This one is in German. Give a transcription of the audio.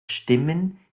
stimmen